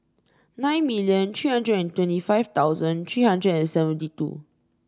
nine million three hundred and twenty five thousand three hundred and seventy two